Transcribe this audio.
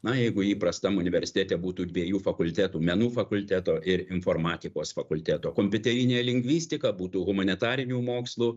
na jeigu įprastam universitete būtų dviejų fakultetų menų fakulteto ir informatikos fakulteto kompiuterinė lingvistika būtų humanitarinių mokslų